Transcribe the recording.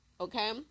okay